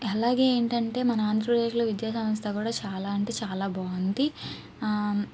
అలాగే ఏంటంటే మన ఆంధ్రప్రదేశ్లో విద్యా సంస్థ కూడా చాలా అంటే చాలా బాగుంది